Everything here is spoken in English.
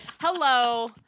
hello